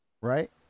Right